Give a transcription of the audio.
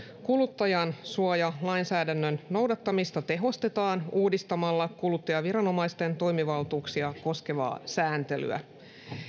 kuluttajansuojalainsäädännön noudattamista tehostetaan uudistamalla kuluttajaviranomaisten toimivaltuuksia koskevaa sääntelyä